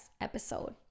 episode